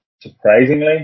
Surprisingly